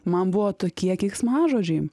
man buvo tokie keiksmažodžiai